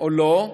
או לא.